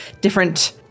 different